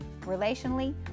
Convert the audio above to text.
relationally